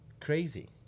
crazy